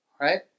Right